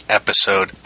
episode